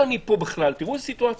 תראו איזו סיטואציה.